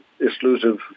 exclusive